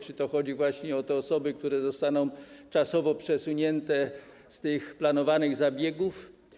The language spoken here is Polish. Czy chodzi właśnie o te osoby, które zostaną czasowo przesunięte z tych planowanych zabiegów?